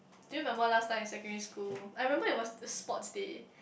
do you remember last time in secondary school I remember it was a sports day